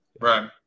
Right